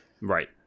Right